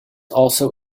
also